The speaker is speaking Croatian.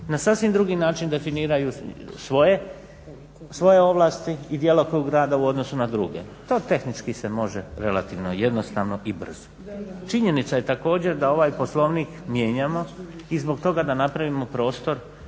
na sasvim drugi način definiraju svoje ovlasti i djelokrug rada u odnosu na druge. To tehnički se može relativno jednostavno i brzo. Činjenica je također da ovaj Poslovnik mijenjamo i zbog toga da napravimo prostor